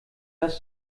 das